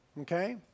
okay